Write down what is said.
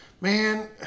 Man